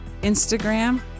Instagram